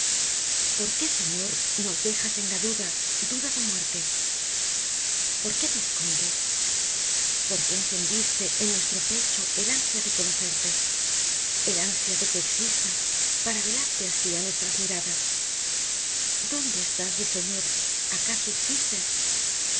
por qué señor nos dejas en la duda duda de muerte por qué te escondes por qué encendiste en nuestro pecho el ansia de conocerte el ansia de que existas para velarte asi á nuestras miradas dónde estás mi señor acaso existes